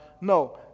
No